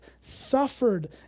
suffered